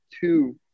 two